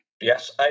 Yes